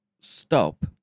stop